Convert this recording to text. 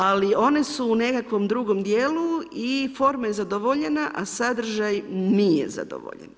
Ali, one su u nekakvom drugom dijelu i forma je zadovoljena, a sadržaj nije zadovoljen.